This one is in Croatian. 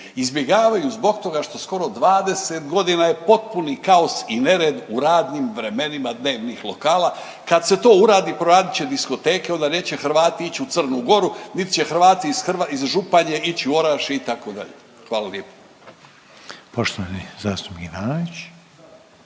Izbjegavaju zbog toga što skoro 20 godina je potpuni kaos i nered u radnim vremenima dnevnih lokala. Kad se to uradi, proradit će diskoteke, onda neće Hrvati ići u Crnu Goru niti će Hrvati iz Županje ići u Orašje, itd. Hvala lijepo. **Reiner,